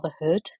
motherhood